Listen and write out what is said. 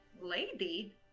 Lady